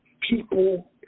people